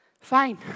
fine